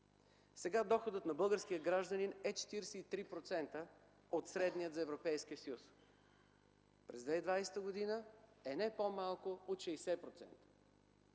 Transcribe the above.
Сега доходът на българския гражданин е 43% от средния за Европейския съюз. През 2020 г. да е не по-малко от 60%.